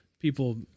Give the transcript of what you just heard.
people